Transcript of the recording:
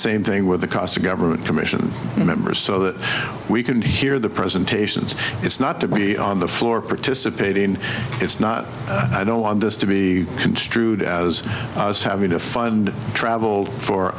same thing with the cost of government commission members so that we can hear the presentations it's not to be on the floor participate in it's not i don't want this to be construed as i was happy to find travel for